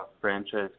franchise